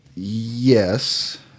Yes